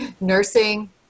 nursing